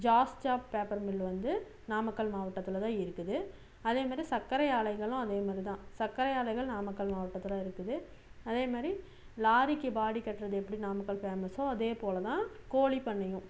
ஜாஸ்ச்சா பாத்திரம் மில் வந்து நாமக்கல் மாவட்டத்தில்தான் இருக்குது அதேமாதிரி சர்க்கரை ஆலைகளும் அதே மாதிரிதான் சர்க்கரை ஆலைகள் நாமக்கல் மாவட்டத்தில் இருக்குது அதே மாதிரி லாரிக்கு பாடி கட்டுறது எப்படி நாமக்கல் ஃபேமஸோ அதே போலதான் கோழி பண்ணையும்